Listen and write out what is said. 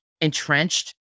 entrenched